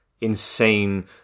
insane